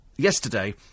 Yesterday